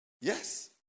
yes